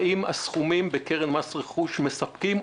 האם הסכומים בקרן מס רכוש מספקים,